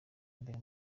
mbere